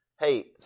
Hey